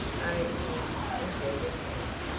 oh, yes, indeed it has,